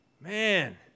Man